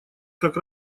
как